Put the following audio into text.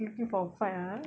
you looking for a fight ah